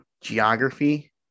geography